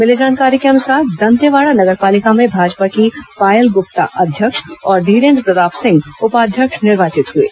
भिली जानकारी के अनुसार दंतेवाड़ा नगर पालिका में भाजपा की पायल गुप्ता अध्यक्ष और धीरेन्द्र प्रताप सिंह उपाध्यक्ष निर्वाचित हुए हैं